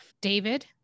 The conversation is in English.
David